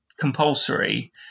compulsory